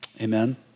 Amen